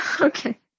Okay